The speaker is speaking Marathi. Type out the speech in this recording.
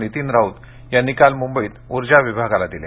नितीन राऊत यांनी काल मुंबईत ऊर्जा विभागाला दिले